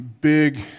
big